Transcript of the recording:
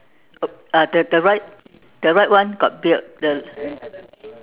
uh uh the the right the right one got beard the